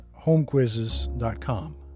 homequizzes.com